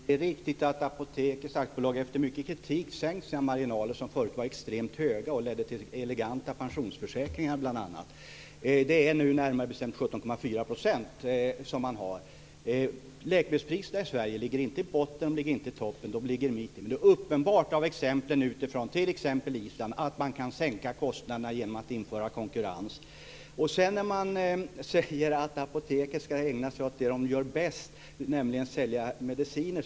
Fru talman! Det är riktigt att Apoteket AB efter mycket kritik har sänkt sina marginaler, som förut var extremt höga, vilket bl.a. ledde till eleganta pensionsförsäkringar. Det är nu närmare bestämt 17,4 % som man har. Läkemedelspriserna i Sverige ligger inte i botten och inte i toppen. De ligger i mitten. Exempel från andra länder, t.ex. från Island, visar att man kan sänka kostnaderna genom att införa konkurrens. Det låter ju väldigt bra när man säger att Apoteket ska ägna sig åt det som Apoteket gör bäst, nämligen sälja mediciner.